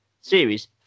series